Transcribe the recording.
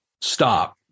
stop